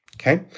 Okay